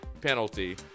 penalty